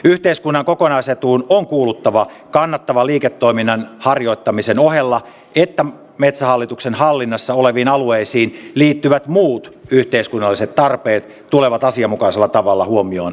yhteiskunnan kokonaisetuun on kuuluttava kannattavan liiketoiminnan harjoittamisen ohella että metsähallituksen hallinnassa oleviin alueisiin liittyvät muut yhteiskunnalliset tarpeet tulevat asianmukaisella tavalla huomioon otetuksi